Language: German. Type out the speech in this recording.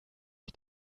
die